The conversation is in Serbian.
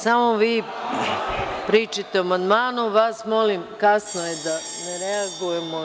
Samo vi pričajte o amandmanu, vas molim, kasno je, da ne reagujemo.